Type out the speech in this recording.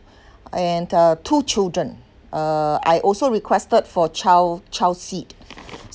and uh two children uh I also requested for child child seat